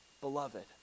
beloved